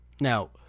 Now